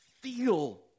feel